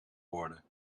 worden